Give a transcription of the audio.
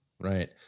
right